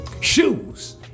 Shoes